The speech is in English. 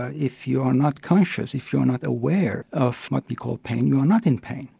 ah if you're not conscious, if you're not aware of what we call pain, you're not in pain.